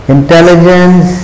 Intelligence